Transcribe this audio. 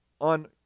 on